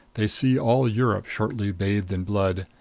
they see all europe shortly bathed in blood.